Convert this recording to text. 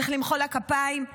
צריך למחוא לה כפיים,